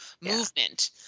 movement